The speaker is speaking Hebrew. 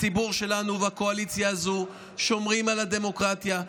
הציבור שלנו והקואליציה הזו שומרים על הדמוקרטיה,